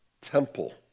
temple